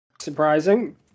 surprising